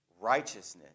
righteousness